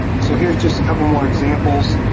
so here's just a couple more examples.